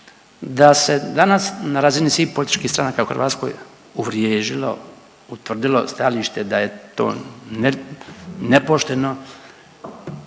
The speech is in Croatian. da se danas na razini svih političkih stranaka u Hrvatskoj uvriježilo, utvrdilo stajalište da je to nepošteno,